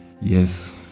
yes